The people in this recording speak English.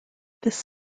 this